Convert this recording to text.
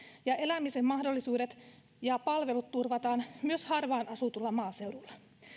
ja elämisen mahdollisuudet ja palvelut turvataan myös harvaan asutulla maaseudulla